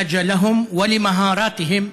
מתוך אחריות והזדקקות להם ולמיומנויות שלהם,